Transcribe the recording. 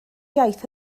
iaith